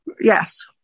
Yes